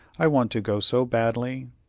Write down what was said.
i want to go so badly.